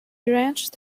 wrenched